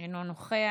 אינו נוכח.